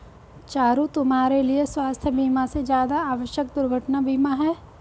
चारु, तुम्हारे लिए स्वास्थ बीमा से ज्यादा आवश्यक दुर्घटना बीमा है